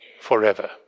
forever